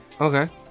Okay